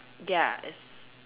ya it's